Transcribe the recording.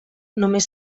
només